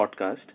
podcast